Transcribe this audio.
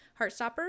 Heartstopper